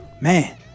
Man